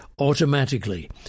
automatically